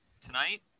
tonight